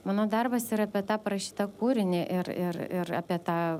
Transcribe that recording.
mano darbas yra apie tą parašytą kūrinį ir ir ir apie tą